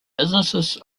businesses